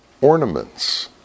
ornaments